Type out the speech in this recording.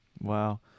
wow